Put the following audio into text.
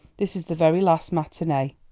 this is the very last matinee.